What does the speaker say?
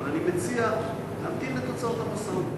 אבל אני מציע להמתין לתוצאות המשא-ומתן.